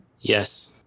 Yes